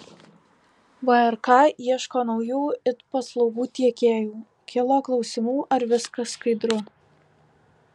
vrk ieško naujų it paslaugų tiekėjų kilo klausimų ar viskas skaidru